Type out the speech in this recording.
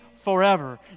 forever